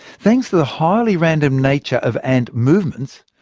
thanks to the highly random nature of ant movements,